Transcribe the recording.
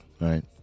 right